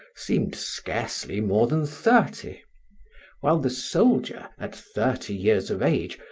seemed scarcely more than thirty while the soldier, at thirty years of age,